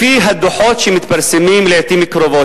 לפי הדוחות שמתפרסמים לעתים קרובות,